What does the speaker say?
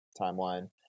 timeline